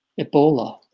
Ebola